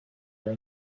were